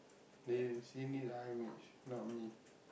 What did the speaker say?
they seen this in I_M_H not me